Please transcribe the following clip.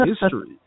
history